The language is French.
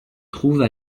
trouve